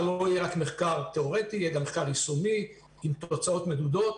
לא יהיה רק מחקר תיאורטי אלא יהיה גם מחקר יישומי עם תוצאות מדודות,